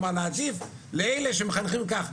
כאלה שמחנכים כך.